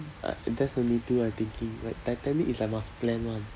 uh that's the only two I thinking like titanic is like must plan [one]